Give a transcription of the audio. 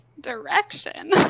direction